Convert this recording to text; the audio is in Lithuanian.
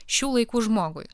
šių laikų žmogui